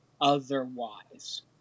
otherwise